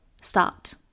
start